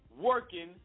working